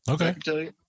okay